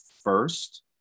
first